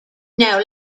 now